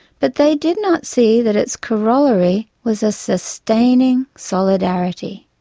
but they did not see that its corollary was a sustaining solidarity.